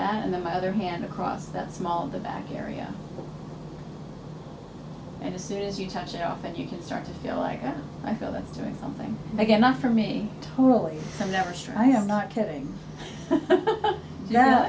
that and then my other hand across that small of the back area and as soon as you touch it up and you can start to feel like i feel that's doing something again not for me totally i'm never sure i am not kidding